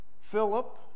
Philip